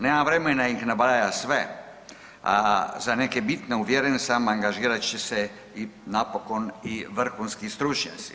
Nemam vremena ih nabrajati sve, a za neke bitne uvjeren sam angažirat će se napokon i vrhunski stručnjaci.